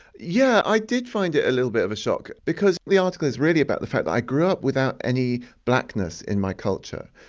yeah, i did find it a little bit of a shock, because the article is really about the fact that i grew up without any blackness in my culture,